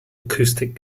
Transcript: acoustic